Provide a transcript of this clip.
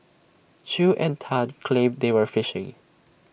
chew and Tan claimed they were fishing